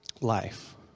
life